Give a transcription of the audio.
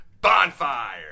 bonfire